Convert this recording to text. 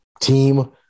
team